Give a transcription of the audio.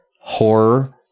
horror